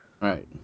Right